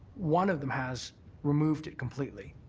one of them has removed it completely.